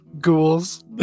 Ghouls